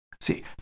See